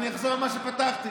אחזור על מה שפתחתי.